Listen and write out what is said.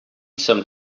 some